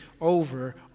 over